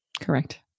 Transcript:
Correct